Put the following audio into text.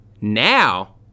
Now